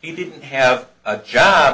he didn't have a job